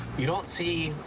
you don't see